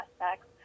aspects